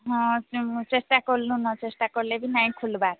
ହଁ ମୁଁ ଚେଷ୍ଟା କଲୁନ ଚେଷ୍ଟା କଲେ ବି ନାଇଁ ଖୁଲ୍ବାର୍